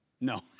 no